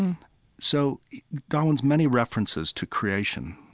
so darwin's many references to creation,